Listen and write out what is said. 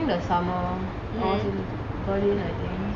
but like during the summer I was in berlin